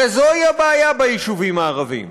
הרי זוהי הבעיה ביישובים הערביים.